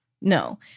No